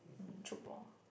tchoukball